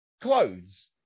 clothes